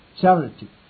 Charity